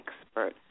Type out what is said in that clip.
expert